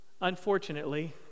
unfortunately